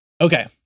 okay